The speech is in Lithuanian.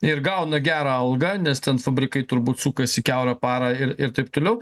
ir gauna gerą algą nes ten fabrikai turbūt sukasi kiaurą parą ir ir taip toliau